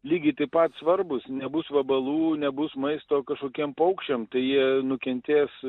lygiai taip pat svarbūs nebus vabalų nebus maisto kažkokiem paukščiam tai jie nukentės